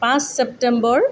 পাঁচ ছেপ্তেম্বৰ